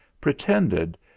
pretended